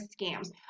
scams